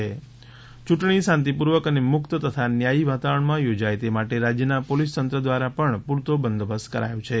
યૂંટણી શાંતિપૂર્વક અને મુક્ત તથા ન્યાયી વાતાવરણમાં યોજાય તે માટે રાજ્યના પોલીસતંત્ર દ્વારા પણ પૂરતો બંદોબસ્ત કરાયો છે